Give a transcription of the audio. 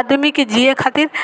आदमीके जिए खातिर